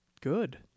good